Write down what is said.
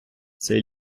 цей